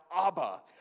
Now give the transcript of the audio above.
Abba